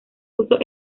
usos